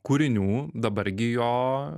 platformos kūrinių dabar gi jo